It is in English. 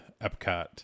Epcot